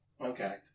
Okay